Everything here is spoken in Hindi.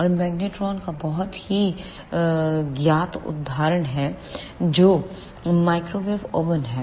और मैग्नेट्रॉन का एक बहुत ही ज्ञात उदाहरण है जो माइक्रोवेव ओवन है